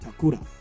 Takura